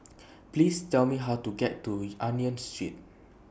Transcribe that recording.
Please Tell Me How to get to Union Street